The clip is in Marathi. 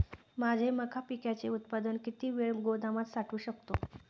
माझे मका पिकाचे उत्पादन किती वेळ गोदामात साठवू शकतो?